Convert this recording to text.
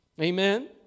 Amen